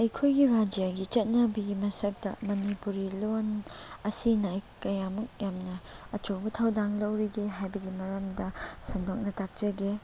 ꯑꯩꯈꯣꯏꯒꯤ ꯔꯥꯏꯖ꯭ꯌꯥꯒꯤ ꯆꯠꯅꯕꯤꯒꯤ ꯃꯁꯛꯇ ꯃꯅꯤꯄꯨꯔꯤ ꯂꯣꯟ ꯑꯁꯤꯅ ꯀꯌꯥꯃꯨꯛ ꯌꯥꯝꯅ ꯑꯆꯧꯕ ꯊꯧꯗꯥꯡ ꯂꯧꯔꯤꯒꯦ ꯍꯥꯏꯕꯒꯤ ꯃꯔꯝꯗ ꯁꯟꯗꯣꯛꯅ ꯇꯥꯛꯆꯒꯦ